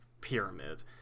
Pyramid